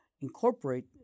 incorporate